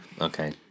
Okay